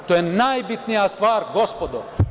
To je najbitnija stvar gospodo.